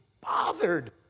bothered